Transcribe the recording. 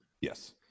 Yes